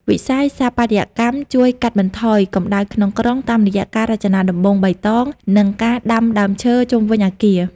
វិស័យស្ថាបត្យកម្មជួយកាត់បន្ថយ "កម្តៅក្នុងក្រុង" តាមរយៈការរចនាដំបូលបៃតង និងការដាំដើមឈើជុំវិញអគារ។